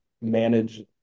manage